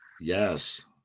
Yes